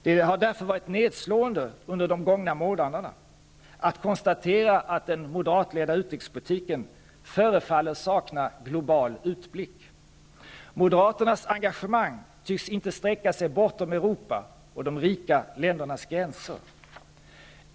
Det har därför varit nedslående under de gångna månaderna att konstatera att den moderatledda utrikespolitiken förefaller sakna global utblick. Moderaternas engagemang tycks inte sträcka sig bortom Europas och de rika ländernas gränser.